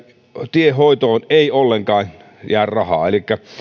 tienhoitoon ei ollenkaan jää rahaa elikkä